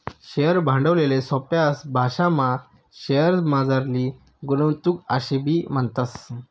share भांडवलले सोपा भाशामा शेअरमझारली गुंतवणूक आशेबी म्हणतस